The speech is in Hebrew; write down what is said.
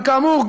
אבל כאמור,